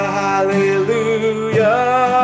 hallelujah